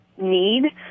need